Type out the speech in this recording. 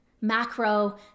macro